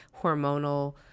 hormonal